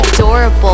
Adorable